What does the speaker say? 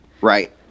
Right